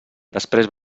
després